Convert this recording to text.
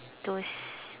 those